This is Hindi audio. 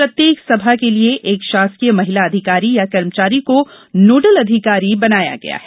प्रत्येक सभा के लिए एक शासकीय महिला अधिकारी या कर्मचारी को नोडल अधिकारी बनाया गया है